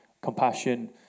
compassion